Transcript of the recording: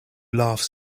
laughs